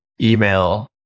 email